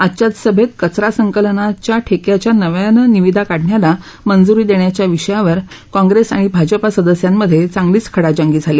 आजच्याच सभेत कचरा संकलनाचा ठेक्याच्या नव्यानं निविदा काढण्याला मंजुरी देण्याच्या विषयावर कॉग्रेस आणि भाजपा सदस्यांमध्ये चांगलीच खडाजंगी झाली